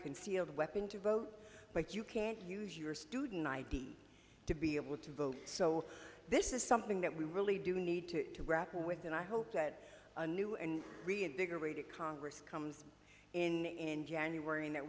concealed weapon to vote but you can't use your student id to be able to vote so this is something that we really do need to grapple with and i hope that a new and reinvigorated congress comes in in january and that